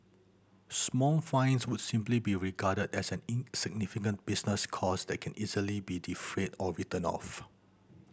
small fines would simply be regarded as an insignificant business cost that can easily be defrayed or written off